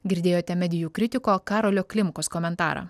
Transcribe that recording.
girdėjote medijų kritiko karolio klimkos komentarą